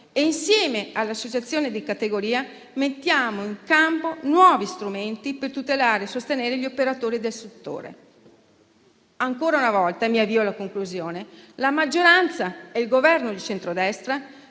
e, insieme alle associazioni di categoria, mettiamo in campo nuovi strumenti per tutelare e sostenere gli operatori del settore. Ancora una volta - e mi avvio alla conclusione - la maggioranza e il Governo di centrodestra